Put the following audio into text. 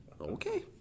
Okay